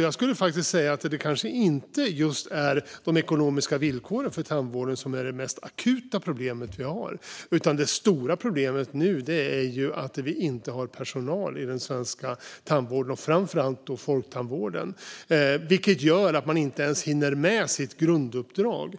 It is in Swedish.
Jag skulle säga att det kanske inte är de ekonomiska villkoren för tandvården som är det mest akuta problemet vi har. Det stora problemet nu är att vi inte har personal i den svenska tandvården och framför allt i folktandvården. Det gör att man inte ens hinner med sitt grunduppdrag.